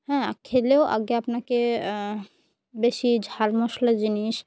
হ্যাঁ খেলেও আগে আপনাকে বেশি ঝাল মশলা জিনিস